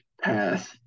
pass